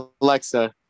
Alexa